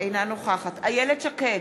אינה נוכחת איילת שקד,